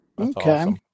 Okay